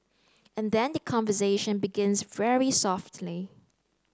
and then the conversation begins very softly